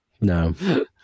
No